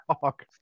Talk